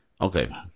Okay